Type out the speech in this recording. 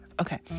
Okay